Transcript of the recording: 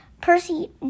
Percy